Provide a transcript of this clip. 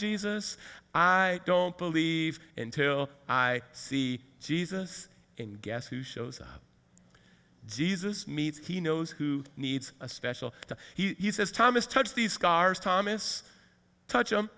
jesus i don't believe until i see jesus and guess who shows up jesus meets he knows who needs a special he says thomas touch these scars thomas touch